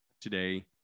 today